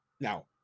now